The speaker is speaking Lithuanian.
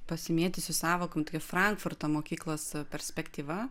pasimėtysiu sąvokom tai frankfurto mokyklos perspektyva